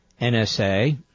NSA